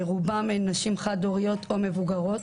רובן נשים חד הוריות או מבוגרות.